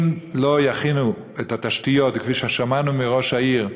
אם לא יכינו את התשתיות כפי ששמענו מראש העיר,